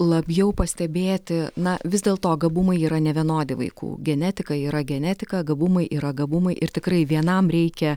labiau pastebėti na vis dėl to gabumai yra nevienodi vaikų genetika yra genetika gabumai yra gabumai ir tikrai vienam reikia